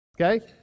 okay